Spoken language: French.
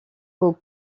aux